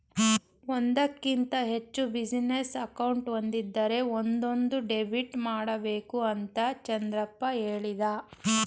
ಒಂದಕ್ಕಿಂತ ಹೆಚ್ಚು business account ಒಂದಿದ್ದರೆ ಒಂದೊಂದು ಡೆಬಿಟ್ ಮಾಡಬೇಕು ಅಂತ ಚಂದ್ರಪ್ಪ ಹೇಳಿದ